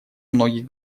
многих